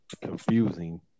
confusing